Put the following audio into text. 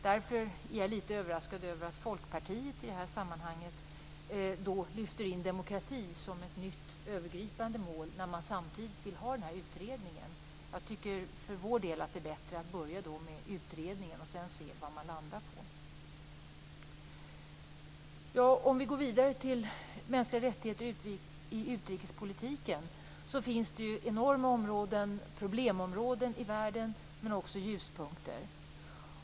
Jag är därför litet överraskad över att Folkpartiet i detta sammanhang lyfter in demokrati som ett nytt övergripande mål, när man samtidigt vill ha den här utredningen. Jag tycker för Vänsterpartiets del att det är bättre att börja med utredningen och sedan se vad man landar på. Jag går vidare till mänskliga rättigheter i utrikespolitiken. Där finns enorma problemområden i världen, men också ljuspunkter.